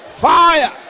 fire